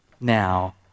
now